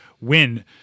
win